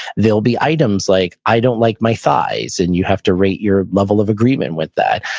there'll be items like, i don't like my thighs, and you have to rate your level of agreement with that.